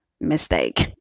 Mistake